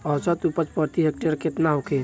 औसत उपज प्रति हेक्टेयर केतना होखे?